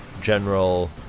general